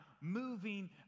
moving